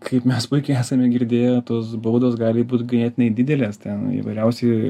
kaip mes puikiai esame girdėję tos baudos gali būti ganėtinai didelės ten įvairiausi